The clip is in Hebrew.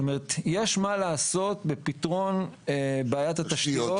זאת אומרת, יש מה לעשות בפתרון בעיית התשתיות.